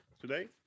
Today